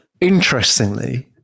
interestingly